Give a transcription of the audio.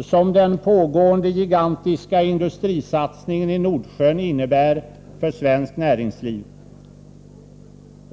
som den pågående gigantiska industrisatsningen i Nordsjön innebär för svenskt näringsliv.